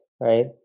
right